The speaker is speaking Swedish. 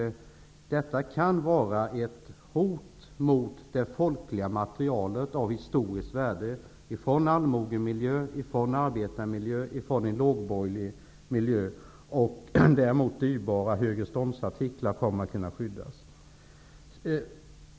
Det kan vara ett hot mot det folkliga materialet av historiskt värde, alltifrån allmogemiljö, arbetarmiljö till en lågborgerlig miljö. Däremot kommer dyrbara högreståndsartiklar att skyddas.